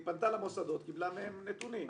היא פנתה למוסדות, קיבלה מהם נתונים.